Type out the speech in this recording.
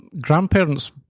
grandparents